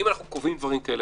אם קובעים 72,